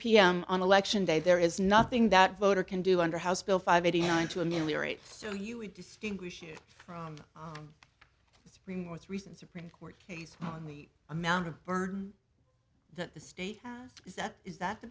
pm on election day there is nothing that voter can do under house bill five eighty nine to ameliorate so you would distinguish you from the supreme court's recent supreme court case on the amount of burden that the state is that is that the